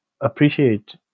appreciate